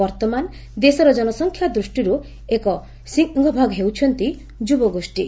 ବର୍ଉମାନ ଦେଶର ଜନସଂଖ୍ୟା ଦୃଷ୍ଟିରୁ ଏକ ସିଂହଭାଗ ହେଉଛନ୍ତି ଯୁବଗୋଷୀ